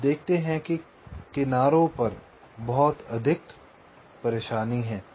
आप देखते हैं कि किनारों पर बहुत अधिक परेशानी है